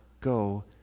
go